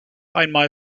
einmal